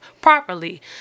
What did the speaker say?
properly